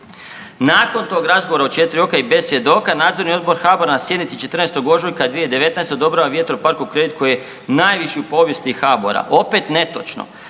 Nakon tog razgovora u 4 oka i bez svjedoka, nadzorni odbor HABOR-a na sjednici 14. ožujka 2019. odobrava vjetroparku kredit koji je najviši u povijesti HABOR-a. Opet netočno,